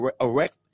erect